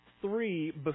three